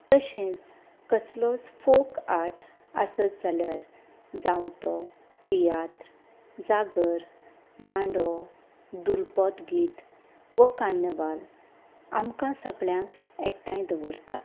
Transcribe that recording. तशेंच कसलोच folk art आसत जाल्यार जावं तो तियात्र जागर मांडो दुलपद गीत वा कार्नवाल आमकां सगळ्यांक एकठांय दवरता